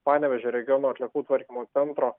panevėžio regiono atliekų tvarkymo centro